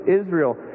Israel